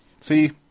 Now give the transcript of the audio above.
See